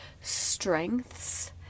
strengths